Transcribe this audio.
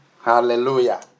hallelujah